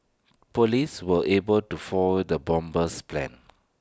Police were able to foil the bomber's plans